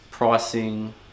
Pricing